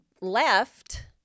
left